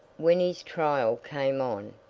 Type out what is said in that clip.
when his trial came on,